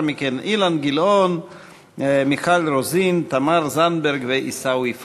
מיום 8 ביולי 2015. על מנת שלא להגיע למועד האמור,